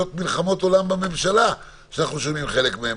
מלחמות עולם בממשלה כשאנחנו שומעים חלק מהם.